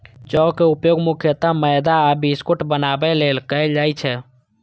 जौ के उपयोग मुख्यतः मैदा आ बिस्कुट बनाबै लेल कैल जाइ छै